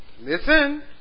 Listen